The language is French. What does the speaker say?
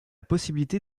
possibilité